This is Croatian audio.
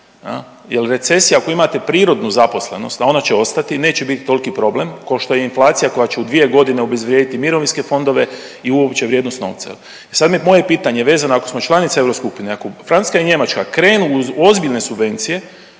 jer recesija ako imate prirodnu zaposlenost, a ona će ostati, neće biti toliki problem kao što je inflacija koja će u dvije godine obezvrijediti mirovinske fondove i uopće vrijednost novca i sad moje pitanje vezano ako smo članica Euroskupine i ako Francuska i Njemačka krenu u ozbiljne subvencije,